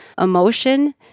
emotion